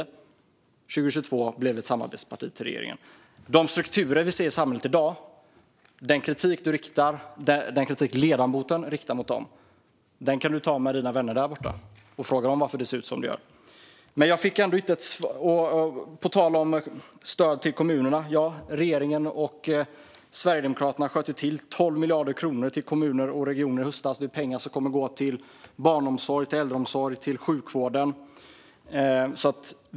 År 2022 blev vi ett samarbetsparti till regeringen. Den kritik ledamoten riktar mot de strukturer vi ser i samhället i dag kan han ta med sina vänner i det förra regeringsunderlaget. Fråga dem varför det ser ut som det gör! På tal om stöd till kommunerna: Regeringen och Sverigedemokraterna sköt till 12 miljarder kronor till kommuner och regioner i höstas. Det är pengar som kommer att gå till barnomsorgen, till äldreomsorgen och till sjukvården.